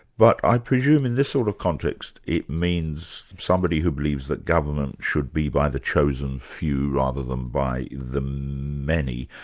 but i presume in this sort of context it means somebody who believes that government should be by the chosen few, rather than by the many,